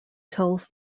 tells